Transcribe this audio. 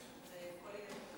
והבה.